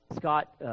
Scott